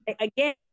Again